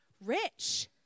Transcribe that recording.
rich